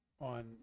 on